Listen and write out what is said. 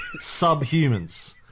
subhumans